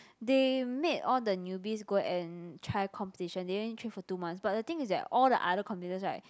they made all the newbies go and try competition they only train for two months but the thing is that all the other competitors right